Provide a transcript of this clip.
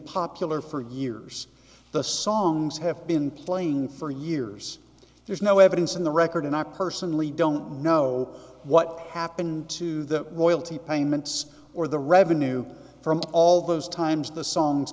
popular for years the songs have been playing for years there's no evidence in the record and i personally don't know what happened to the payments or the revenue from all those times the songs